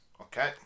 Okay